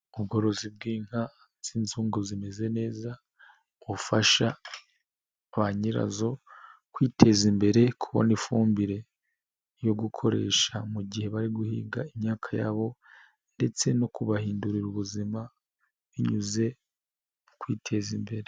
Ubworozi bw'inka z'inzungu zimeze neza, bufasha ba nyirazo kwiteza imbere, kubona ifumbire yo gukoresha mu gihe bari guhinga imyaka yabo, ndetse no kubahindurira ubuzima binyuze mu kwiteza imbere.